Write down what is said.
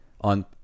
on